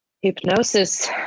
Hypnosis